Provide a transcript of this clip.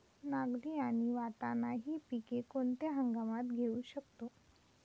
नागली आणि वाटाणा हि पिके कोणत्या हंगामात घेऊ शकतो?